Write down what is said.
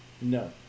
No